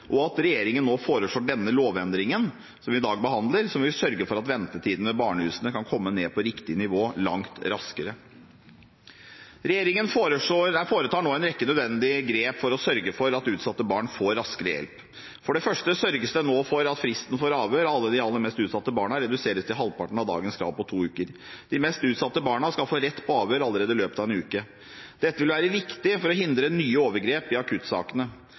og at regjeringen nå foreslår denne lovendringen, som vi i dag behandler, som vil sørge for at ventetiden ved barnehusene kan komme ned på riktig nivå langt raskere. Regjeringen foretar nå en rekke nødvendige grep for å sørge for at utsatte barn får raskere hjelp. For det første sørges det nå for at fristen for avhør av de aller mest utsatte barna reduseres til halvparten av dagens krav på to uker. De mest utsatte barna skal få rett på avhør allerede i løpet av en uke. Dette vil være viktig for å hindre nye overgrep i akuttsakene.